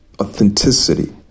Authenticity